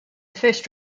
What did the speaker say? first